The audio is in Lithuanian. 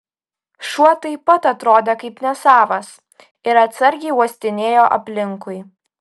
šuo taip pat atrodė kaip nesavas ir atsargiai uostinėjo aplinkui